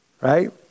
right